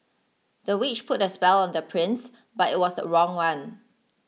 the witch put a spell on the prince but it was the wrong one